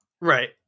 Right